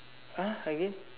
!huh! again